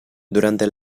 durante